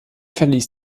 verließ